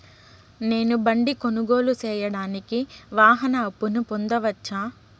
నేను బండి కొనుగోలు సేయడానికి వాహన అప్పును పొందవచ్చా?